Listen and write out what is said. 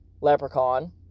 Leprechaun